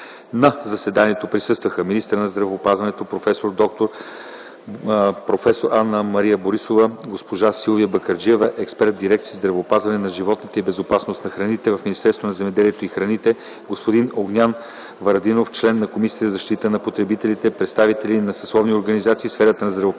На заседанието присъстваха министърът на здравеопазването проф. д-р Анна-Мария Борисова, госпожа Силвия Бакърджиева – експерт в дирекция „Здравеопазване на животните и безопасност на храните” в Министерството на земеделието и храните, господин Огнян Варадинов – член на Комисията за защита на потребителите, представители на съсловните организации в сферата на здравеопазването